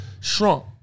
shrunk